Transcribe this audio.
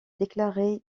déclarer